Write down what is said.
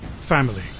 Family